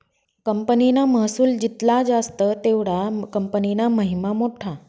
कंपनीना महसुल जित्ला जास्त तेवढा कंपनीना महिमा मोठा